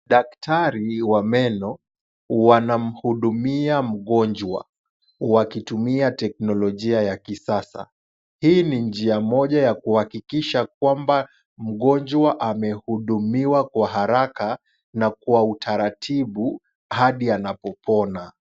Daktari wa meno wanamhudumia mgonjwa wakitumia teknolojia ya kisasa. Hii ni njia moja ya kuhakikisha kwamba mgonjwa amehudumiwa kwa haraka na kwa utaratibu hadi anapopona.